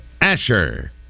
Asher